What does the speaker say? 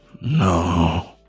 No